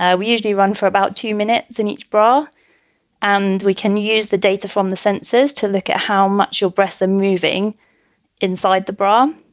ah we usually run for about two minutes and each bra and we can use the data from the sensors to look at how much your breasts are moving inside the bra.